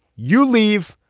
you leave.